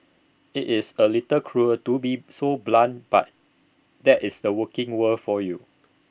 IT is A little cruel to be so blunt but that is the working world for you